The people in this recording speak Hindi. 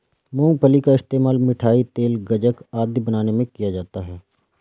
मूंगफली का इस्तेमाल मिठाई, तेल, गज्जक आदि बनाने में किया जाता है